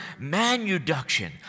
manuduction